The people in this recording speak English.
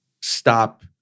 stop